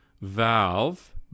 valve